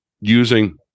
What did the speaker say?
using